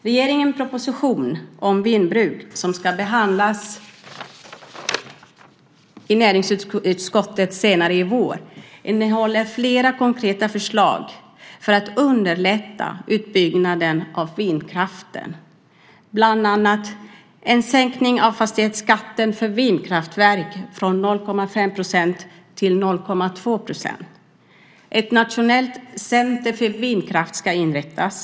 Regeringens proposition om vindbruk, som senare i vår ska behandlas i näringsutskottet, innehåller flera konkreta förslag om att underlätta utbyggnaden av vindkraften. Bland annat handlar det om en sänkning av fastighetsskatten för vindkraftverk från 0,5 % till 0,2 %. Ett nationellt center för vindkraft ska inrättas.